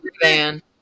van